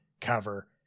cover